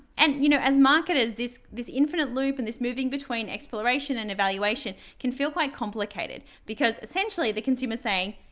and you know as marketers, this this infinite loop and this moving between exploration and evaluation can feel quite complicated. because essentially the consumer is saying,